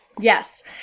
Yes